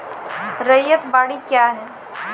रैयत बाड़ी क्या हैं?